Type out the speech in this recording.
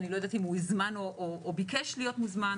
לא יודעת לומר אם הוא הוזמן או ביקש להיות מוזמן,